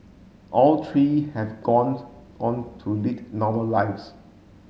all three have on to lead normal lives